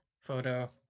photo